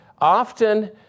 often